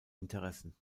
interessen